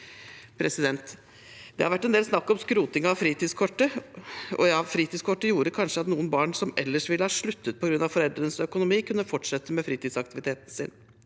Det har vært en del snakk om skroting av fritidskortet. Ja, fritidskortet gjorde kanskje at noen barn som ellers ville ha sluttet på grunn av foreldrenes økonomi, kunne fortsette med fritidsaktiviteten sin,